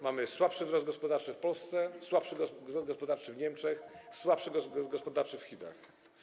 Mamy słabszy wzrost gospodarczy w Polsce, słabszy wzrost gospodarczy w Niemczech, słabszy wzrost gospodarczy w Chinach.